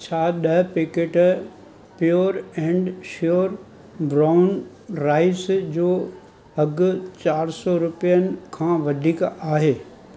छा ॾह packet pure and sure brown rice जो अघु चार सौ रुपियनि खां वधीक आहे